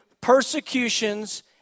persecutions